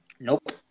Nope